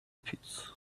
pits